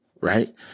right